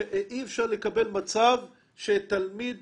אי- אפשר לקבל מצב שתלמיד